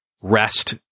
rest